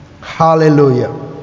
Hallelujah